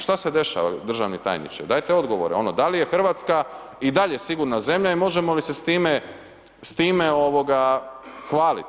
Šta se dešava, državni tajniče, dajte odgovore, da li je Hrvatska i dalje sigurna zemlja i možemo li se s time hvalit?